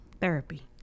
therapy